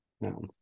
no